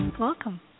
welcome